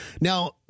Now